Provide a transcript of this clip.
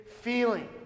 feeling